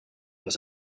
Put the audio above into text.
was